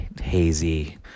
hazy